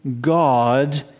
God